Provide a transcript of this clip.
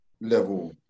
level